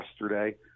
yesterday